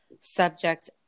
subject